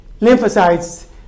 lymphocytes